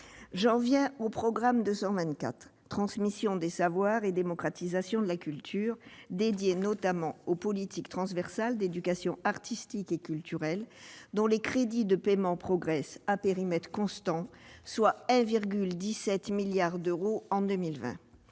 J'en viens au programme 224, « Transmission des savoirs et démocratisation de la culture », dédié notamment aux politiques transversales d'éducation artistique et culturelle, dont les crédits de paiement progressent, à périmètre constant, s'établissant à 1,17 milliard d'euros en 2020.